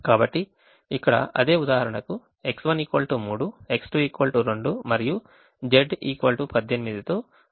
కాబట్టి ఇక్కడ అదే ఉదాహరణకు X1 3 X2 2 మరియు Z 18 తో వాంఛనీయ పరిష్కారం పొందుతాము